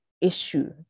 issue